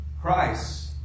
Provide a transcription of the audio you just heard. Christ